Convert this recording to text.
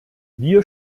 wir